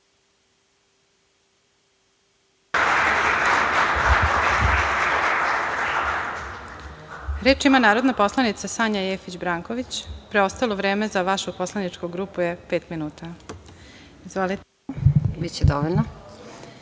ima narodna poslanica Sanja Jefić Branković. Preostalo vreme za vašu poslaničku grupu je pet minuta. Izvolite. **Sanja